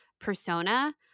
persona